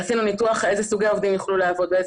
עשינו ניתוח איזה סוגי עובדים יוכלו לעבוד ואיזה